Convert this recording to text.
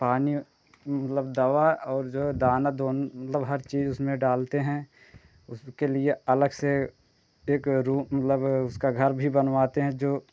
पानी मतलब दवा और जो दाना दुन मतलब हर चीज़ उसमें डालते हैं उसके लिए अलग से एक रु मतलब उसका घर भी बनवाते हैं जो